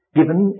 given